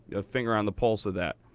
a finger on the pulse of that.